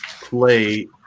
play